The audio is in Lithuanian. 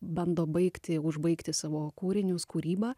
bando baigti užbaigti savo kūrinius kūrybą